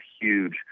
huge